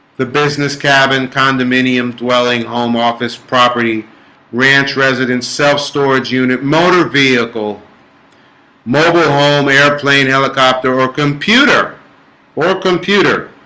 the business cabin condominium dwelling ah home office property ranch residents self storage unit motor vehicle mobile home airplane helicopter or computer or computer